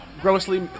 grossly